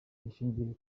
gishingiye